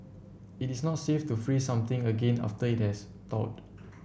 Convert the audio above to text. it is not safe to freeze something again after it has thawed